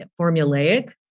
formulaic